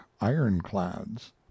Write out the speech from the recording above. ironclads